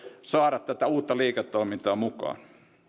saada tätä uutta liiketoimintaa mukaan